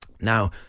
Now